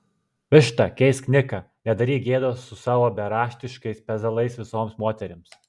višta keisk niką nedaryk gėdos su savo beraštiškais pezalais visoms moterims